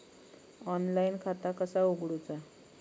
Online खाता कसा उगडूचा?